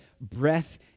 breath